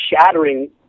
shattering